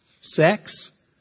sex